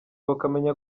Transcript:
bakamenya